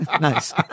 Nice